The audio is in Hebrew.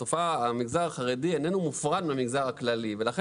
המגזר החרדי איננו מופרד מהמגזר הכללי ולכן